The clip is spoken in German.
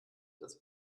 das